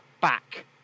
back